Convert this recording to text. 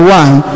one